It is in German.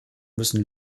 müssen